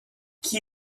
qui